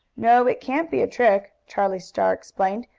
no, it can't be a trick, charlie star explained,